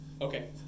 Okay